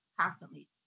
constantly